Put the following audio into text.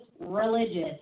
religious